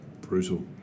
brutal